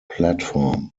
platform